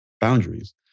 boundaries